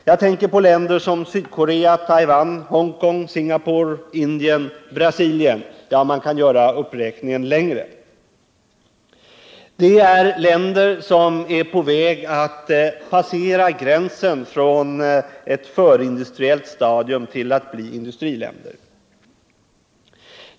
Jag tänker på länder som Sydkorea, Taiwan, Hongkong, Singapore, Indien, Brasilien — ja, man kan göra uppräkningen mycket längre. Det är länder som är på väg att passera gränsen från ett förindustriellt stadium till att bli industriländer.